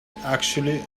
actually